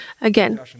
Again